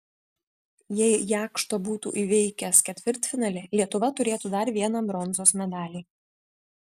jei jakšto būtų įveikęs ketvirtfinalį lietuva turėtų dar vieną bronzos medalį